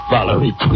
Valerie